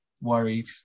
worried